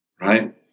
Right